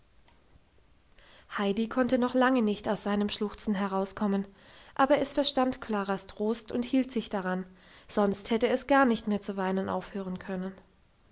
heidi konnte noch lange nicht aus seinem schluchzen herauskommen aber es verstand klaras trost und hielt sich daran sonst hätte es gar nicht mehr zu weinen aufhören können